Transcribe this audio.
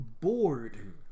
bored